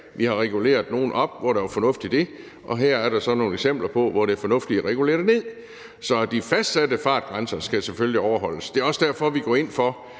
vi har reguleret nogle grænser op, hvor der var fornuft i det. Her er der så nogle eksempler på, at det er fornuftigt at regulere dem ned. Så de fastsatte fartgrænser skal selvfølgelig overholdes. Det er også derfor, vi i